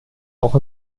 auch